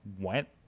went